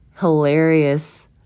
hilarious